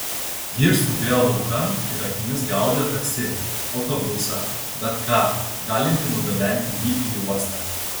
jis išskubėjo laukan ir akimis gaudė taksi autobusą bet ką galintį nugabenti jį į uostą